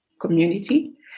community